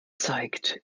zeigt